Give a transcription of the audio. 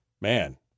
Man